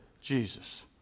Jesus